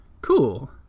cool